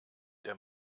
der